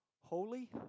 holy